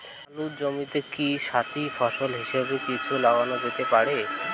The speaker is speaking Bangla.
আলুর জমিতে কি সাথি ফসল হিসাবে কিছু লাগানো যেতে পারে?